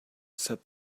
said